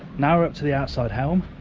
now we're up to the outside helm.